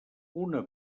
una